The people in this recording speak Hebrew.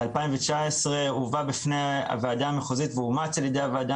ב-2019 הוא הובא בפני הוועדה המחוזית ואומץ על ידיה.